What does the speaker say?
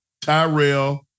Tyrell